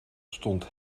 stond